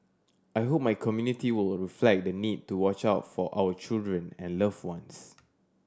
I hope my community will reflect the need to watch out for our children and loved ones